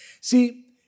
See